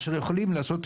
אשר יכולים לעשות,